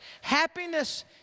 Happiness